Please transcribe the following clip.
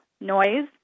noise